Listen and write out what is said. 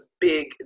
big